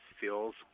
feels